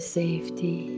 safety